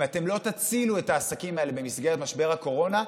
אם אתם לא תצילו את העסקים האלה במסגרת משבר הקורונה,